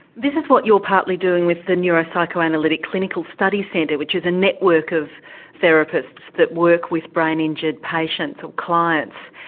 this is what you're partly doing with the neuropsychoanalytic clinical study centre, which is a network of therapists that work with brain-injured patients or clients.